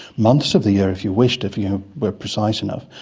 months of the year if you wished, if you were precise enough.